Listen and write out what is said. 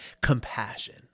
compassion